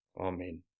Amen